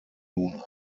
nun